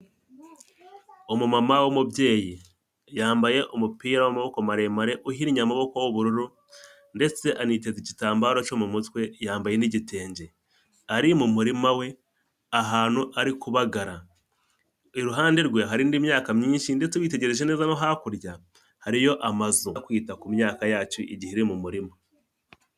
Umumama w'umubyeyi, yambaye umupira w'amaboko maremare uhinnye amaboko y'ubururu ndetse aniteza igitambaro cyo mu mutwe yambaye n'igitenge, ari mu murima we ahantu ari kubabagara iruhande rwe hari indi myaka myinshi ndetse witegereje neza no hakurya hariyo amazukwita ku myaka yacu igihe iri mu murima.